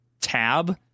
tab